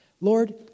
Lord